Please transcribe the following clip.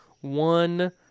one